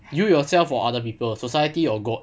you yourself or other people society or god